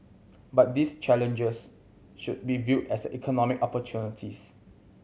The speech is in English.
but these challenges should be viewed as economic opportunities